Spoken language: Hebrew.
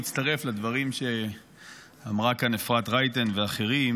כדי להצטרף לדברים שאמרה כאן אפרת רייטן ואחרים